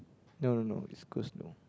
no no no East-Coast no